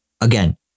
again